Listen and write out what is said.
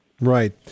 Right